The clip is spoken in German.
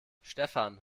stefan